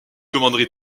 commanderie